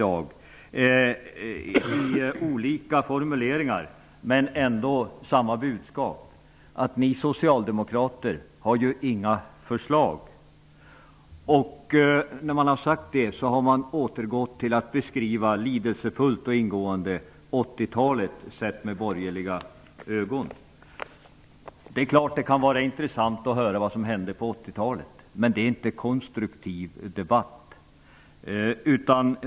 De använder olika formuleringar men har ändå samma budskap, nämligen att vi socialdemokrater inte har några förslag. När de har sagt detta har de återgått till att lidelsefullt och ingående beskriva 80-talet, sett med borgerliga ögon. Det är klart att det kan vara intressant att höra vad som hände på 80-talet, men det är ingen konstruktiv debatt.